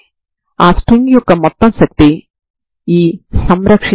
రెండవ ప్రాథమిక సమాచారం utx0gx ను వర్తింప చేయండి